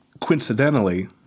coincidentally